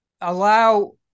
allow